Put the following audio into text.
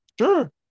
Sure